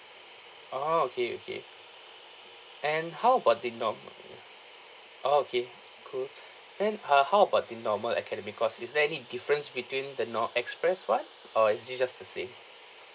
oh okay okay and how about the norm~ oh okay cool then uh how about the normal academic course is there any difference between the nor~ express one or is it just the same